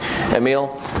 Emil